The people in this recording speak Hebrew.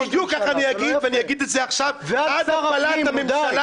בדיוק כך אני אגיד ואני אגיד את זה עכשיו עד הפלת הממשלה.